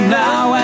now